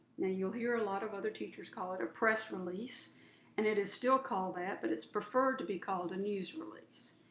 now you'll hear a lot of other teachers call it a press release and it is still called that, but it's preferred to be called a news release.